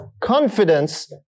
confidence